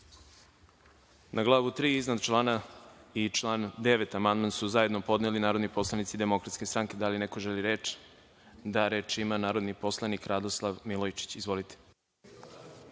glavu III iznad člana i član 9. amandman su zajedno podneli narodni poslanici DS.Da li neko želi reč? Reč ima narodni poslanik Radoslav Milojičić. Izvolite.